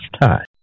time